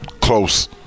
close